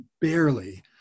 barely